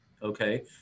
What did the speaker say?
Okay